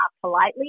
politely